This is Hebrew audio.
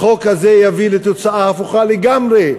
החוק הזה יביא לתוצאה הפוכה לגמרי.